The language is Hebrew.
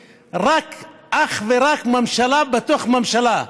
אך ורק ממשלה בתוך ממשלה,